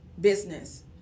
Business